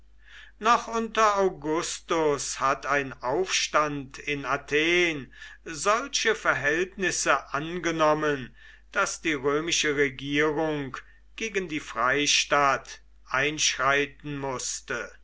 noch unter augustas hat ein aufstand in athen solche verhältnisse angenommen daß die römische regierung gegen die freistadt einschreiten mußte